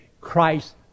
Christ